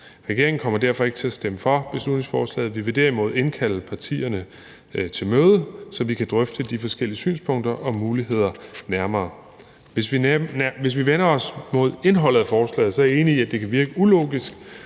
Regeringen kommer derfor ikke til at stemme for beslutningsforslaget. Vi vil derimod indkalde partierne til møde, så vi kan drøfte de forskellige synspunkter og muligheder nærmere. Hvis vi vender os mod indholdet af forslaget, er jeg enig i, at det kan virke ulogisk,